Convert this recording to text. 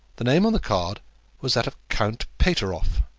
the name on the card was that of count pateroff.